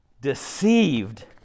deceived